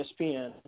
ESPN